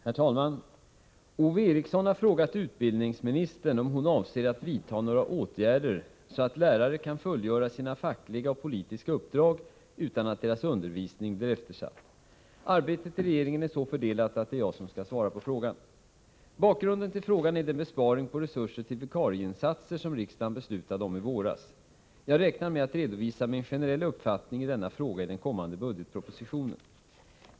Herr talman! Ove Eriksson har frågat utbildningsministern om hon avser att vidta några åtgärder så att lärare kan fullgöra sina fackliga och politiska uppdrag utan att deras undervisning blir eftersatt. Arbetet i regeringen är så fördelat att det är jag som skall svara på frågan. Bakgrunden till frågan är den besparing på resurser till vikarieinsatser som riksdagen beslutade om i våras. Jag räknar med att redovisa min generella uppfattning i denna fråga i den kommande budgetpropositionen.